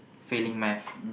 failing Math